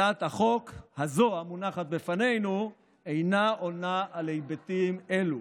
הצעת החוק הזו המונחת בפנינו אינה עונה על היבטים אלו.